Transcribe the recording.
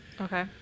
Okay